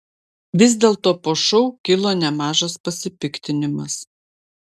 vis dėlto po šou kilo nemažas pasipiktinimas